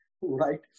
right